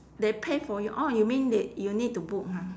they pay for you orh you mean they you need to book ha